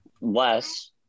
less